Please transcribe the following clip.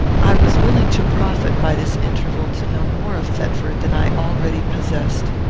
i was willing to profit by this interval to know more of thetford than i already possessed.